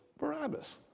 Barabbas